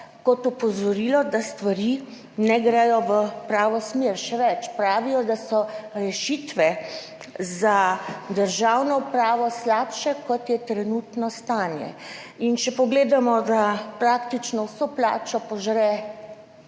kot opozorilo, da stvari ne gredo v pravo smer. Še več, pravijo, da so rešitve za državno upravo slabše kot je trenutno stanje. In če pogledamo, da praktično vso plačo požre